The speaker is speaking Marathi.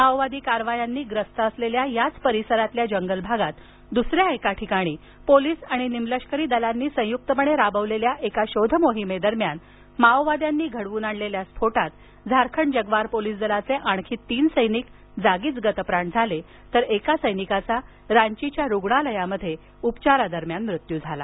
माओवादी कारवायांनी ग्रस्त असलेल्या याच परिसरातील जंगल भागात दुसऱ्या एका ठिकाणी पोलीस आणि निमलष्करी दलांनी संयुक्तपणे राबवलेल्या एका शोधमोहिमेदरम्यान माओवाद्यांनी घडवून आणलेल्या स्फोटात झारखंड जग्वार पोलीस दलाचे तीन सैनिक जागीच गतप्राण झाले तर एका सैनिकाचा रांचीच्या रुग्णालयात उपचारादरम्यान मृत्यू झाला